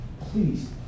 please